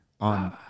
on